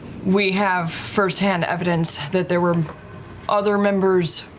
we have first-hand evidence that there were other members.